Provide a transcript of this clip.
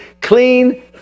clean